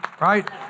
right